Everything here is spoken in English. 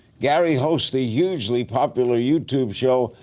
gary hosts the hugely popular youtube show,